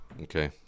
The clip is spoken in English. Okay